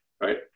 Right